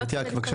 אני